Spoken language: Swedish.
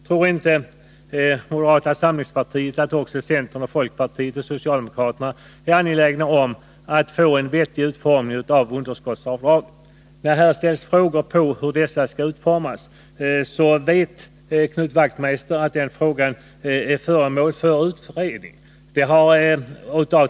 Tror inte moderata samlingspartiet att också centerpartiet, folkpartiet och socialdemokraterna är angelägna om att få en vettig utformning av underskottsavdragen? Här har, bl.a. av Knut Wachtmeister, ställts frågor om hur underskottsavdragen skall utformas. Men Knut Wachtmeister vet att denna fråga är föremål för utredning.